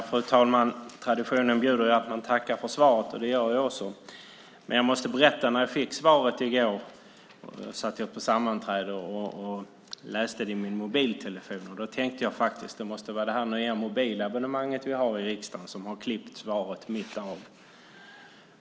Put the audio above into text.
Fru talman! Traditionen bjuder att man tackar för svaret, och det gör jag också. Jag måste berätta att när jag fick svaret i går satt jag på sammanträde och läste det i min mobiltelefon. Då tänkte jag att det måste vara det nya mobilabonnemanget jag har i riksdagen som har klippt svaret mitt av.